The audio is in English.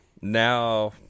Now